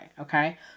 okay